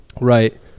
right